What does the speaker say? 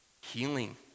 Healing